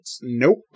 Nope